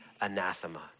anathema